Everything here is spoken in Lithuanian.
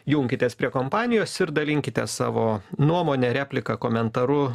junkitės prie kompanijos ir dalinkitės savo nuomone replika komentaru